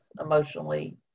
emotionally